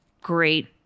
great